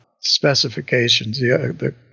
specifications